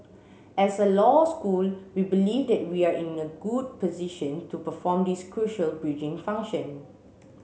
as a law school we believe that we are in a good position to perform this crucial bridging function